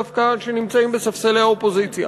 שדווקא נמצאים בספסלי האופוזיציה.